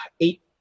eight